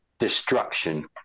destruction